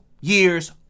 years